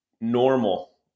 normal